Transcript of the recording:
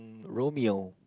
Romeo